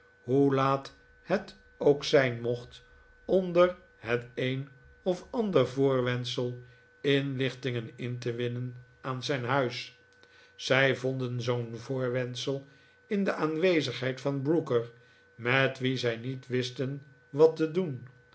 hoe laat het ook zijn mocht onder het een of ander voorwendsel inlichtingen in te winnen aan zijn huis zij vonden zoo'n voorwendsel in de aanwezigheid van brooker met wien zij niet wisten wat te doen